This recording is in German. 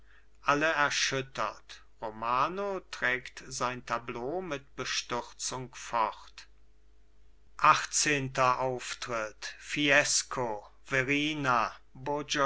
alle erschüttert romano trägt sein tableau mit bestürzung fort achtzehnter auftritt fiesco